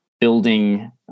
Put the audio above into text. building